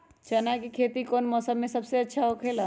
चाना के खेती कौन मौसम में सबसे अच्छा होखेला?